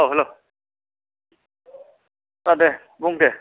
औ हेलौ औ दे बुं दे